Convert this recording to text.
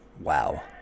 Wow